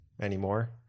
anymore